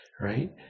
right